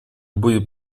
будет